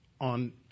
on